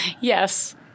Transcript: Yes